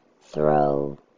throw